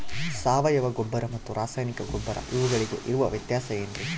ಸಾವಯವ ಗೊಬ್ಬರ ಮತ್ತು ರಾಸಾಯನಿಕ ಗೊಬ್ಬರ ಇವುಗಳಿಗೆ ಇರುವ ವ್ಯತ್ಯಾಸ ಏನ್ರಿ?